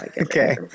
okay